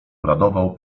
uradował